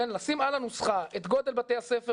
לשים על הנוסחה את גודל בתי הספר,